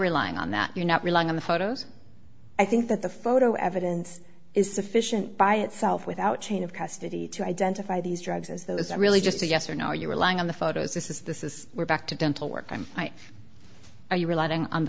relying on that you're not relying on the photos i think that the photo evidence is sufficient by itself without chain of custody to identify these drugs as though it's really just a yes or no are you relying on the photos this is this is we're back to dental work i'm are you relying on the